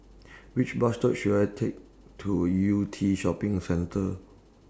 Which Bus to should I Take to Yew Tee Shopping Centre